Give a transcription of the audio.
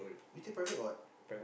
you take private or what